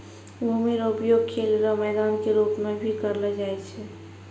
भूमि रो उपयोग खेल रो मैदान के रूप मे भी करलो जाय छै